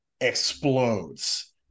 explodes